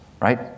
right